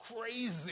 crazy